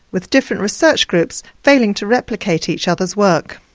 with different research groups failing to replicate each other's work.